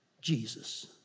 Jesus